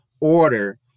order